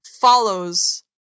follows